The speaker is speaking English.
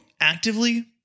actively